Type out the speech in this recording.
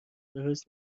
راست